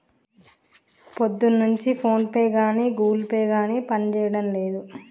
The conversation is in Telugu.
పొద్దున్నుంచి ఫోన్పే గానీ గుగుల్ పే గానీ పనిజేయడం లేదు